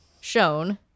shown